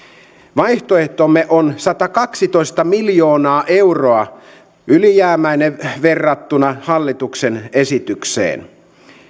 vaihtoehtomme on satakaksitoista miljoonaa euroa ylijäämäinen verrattuna hallituksen esitykseen